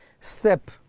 step